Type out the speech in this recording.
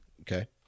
Okay